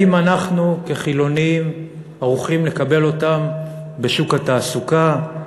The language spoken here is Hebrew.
האם אנחנו כחילונים ערוכים לקבל אותם בשוק התעסוקה?